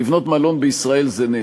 לביטול של החוק הזה.